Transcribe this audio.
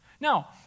Now